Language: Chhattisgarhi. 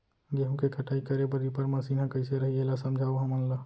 गेहूँ के कटाई करे बर रीपर मशीन ह कइसे रही, एला समझाओ हमन ल?